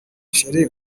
cherie